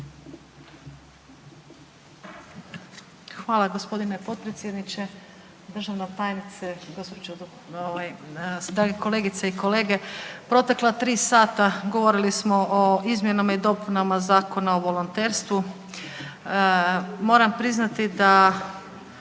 Hvala g. potpredsjedniče, državna tajnice, kolegice i kolege. Protekla 3 sata govorili smo o izmjenama i dopunama Zakona o volonterstvu. Moram priznati da